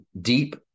deep